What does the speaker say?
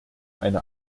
eine